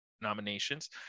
nominations